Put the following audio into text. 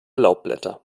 laubblätter